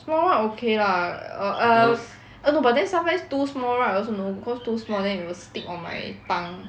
small [one] okay lah err um err no but then sometimes too small right also no cause too small then will stick on my tongue